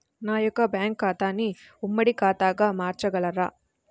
నా యొక్క బ్యాంకు ఖాతాని ఉమ్మడి ఖాతాగా మార్చగలరా?